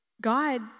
God